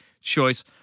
choice